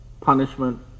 punishment